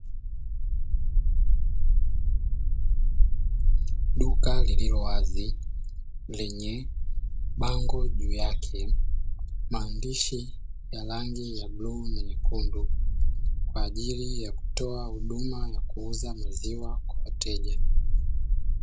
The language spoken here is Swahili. Duka lililowazi lenye bango juu yake, maandishi ya rangi ya bluu na nyekundu kwa ajili ya kutoa huduma ya kuuza maziwa kwa wateja.